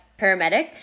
paramedic